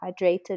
hydrated